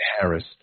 Harris